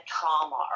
trauma